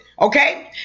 Okay